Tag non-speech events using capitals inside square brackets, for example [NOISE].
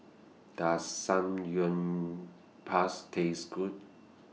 Does [UNINTELLIGIBLE] Taste Good